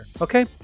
Okay